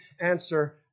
answer